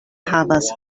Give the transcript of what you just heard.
havas